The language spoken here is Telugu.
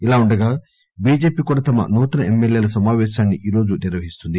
ఇలావుండగా చీజేపీ కూడా తమ నూతన ఎమ్మెల్యేల సమాపేశాన్ని ఈ రోజు నిర్వహిస్తుంది